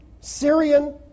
Syrian